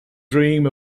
dream